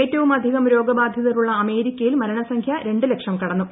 ഏറ്റവുമധികം രോഗബാധിതർ ഉള്ള അമേരിക്കയിൽ മരണസംഖ്യ രണ്ട് ലക്ഷം കടന്നു